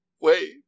Wait